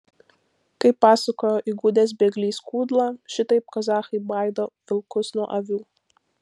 kaip pasakojo įgudęs bėglys kudla šitaip kazachai baido vilkus nuo avių